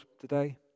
today